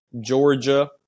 Georgia